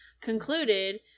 concluded